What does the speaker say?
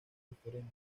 diferente